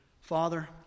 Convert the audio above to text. Father